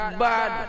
bad